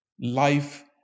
life